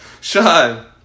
Sean